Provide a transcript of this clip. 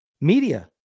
media